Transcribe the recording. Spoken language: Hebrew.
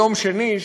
ביום שני,